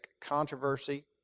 controversy